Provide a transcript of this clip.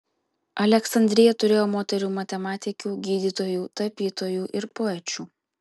aleksandrija turėjo moterų matematikių gydytojų tapytojų ir poečių